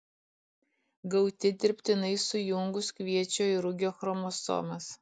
gauti dirbtinai sujungus kviečio ir rugio chromosomas